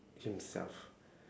himself